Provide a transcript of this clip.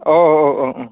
अ अ अ अ